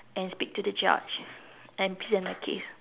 and speak to the judge and present the case